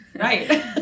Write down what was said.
Right